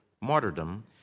martyrdom